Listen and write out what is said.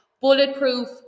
bulletproof